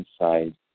inside